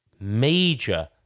major